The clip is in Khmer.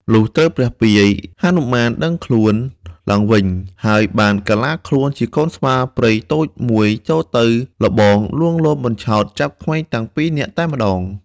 លុះត្រូវព្រះពាយ ហនុមានដឹងខ្លួនឡើងវិញ ហើយបានកាឡាខ្លួនជាកូនស្វាព្រៃតូចមួយចូលទៅល្បងលួងលោមបញ្ឆោតចាប់ក្មេងទាំងពីរតែម្តង។